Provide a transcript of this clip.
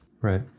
right